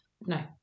No